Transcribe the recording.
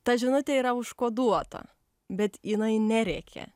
ta žinutė yra užkoduota bet jinai nerėkia